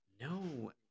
No